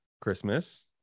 Christmas